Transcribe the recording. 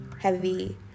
heavy